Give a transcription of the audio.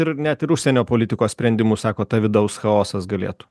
ir net ir užsienio politikos sprendimus sako ta vidaus chaosas galėtų